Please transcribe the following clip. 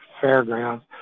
fairgrounds